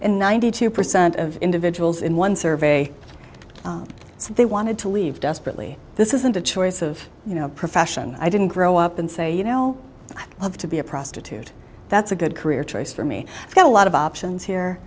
and ninety two percent of individuals in one survey so they wanted to leave desperately this isn't a choice of you know profession i didn't grow up and say you know i'd love to be a prostitute that's a good career choice for me i've got a lot of options here